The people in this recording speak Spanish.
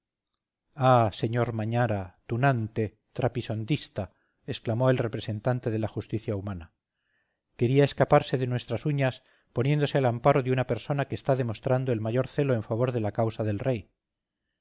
ah sr mañara tunante trapisondista exclamó el representante de la justicia humana quería escaparse de nuestras uñas poniéndose al amparo de una persona que está demostrando el mayor celo en favor de la causa del rey